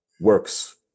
works